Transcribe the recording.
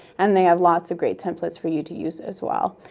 and they have lots of great templates for you to use as well.